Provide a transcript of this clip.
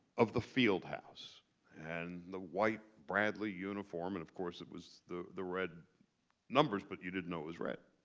of the field house and the white bradley uniform. and of course, it was the the red numbers. but you didn't know it was red.